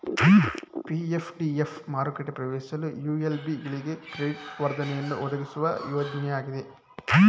PF DF ಮಾರುಕೆಟ ಪ್ರವೇಶಿಸಲು ULB ಗಳಿಗೆ ಕ್ರೆಡಿಟ್ ವರ್ಧನೆಯನ್ನು ಒದಗಿಸುವ ಯೋಜ್ನಯಾಗಿದೆ